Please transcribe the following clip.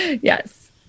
Yes